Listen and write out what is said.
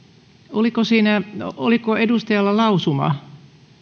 oliko edustajalla lausumaa